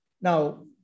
Now